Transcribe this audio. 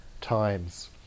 times